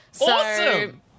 Awesome